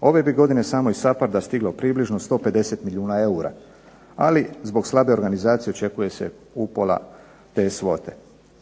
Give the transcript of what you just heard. ove bi godine samo iz SAPARD stiglo približno 150 milijuna eura, ali zbog slabe organizacije očekuje se upola te svote.